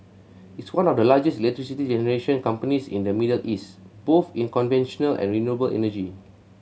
it's one of the largest electricity generation companies in the Middle East both in conventional and renewable energy